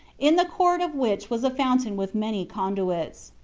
in the court of which was a fountain with many conduits.